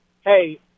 hey